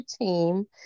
team